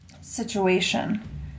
situation